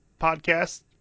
Podcast